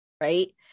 right